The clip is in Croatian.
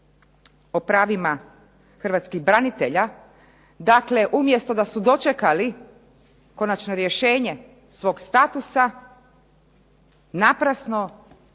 o pravima hrvatskih branitelja, dakle umjesto da su dočekali konačno rješenje svog statusa naprasno